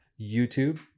YouTube